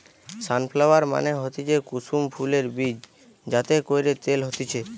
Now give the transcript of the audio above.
sunflower মানে হতিছে কুসুম ফুলের বীজ যাতে কইরে তেল হতিছে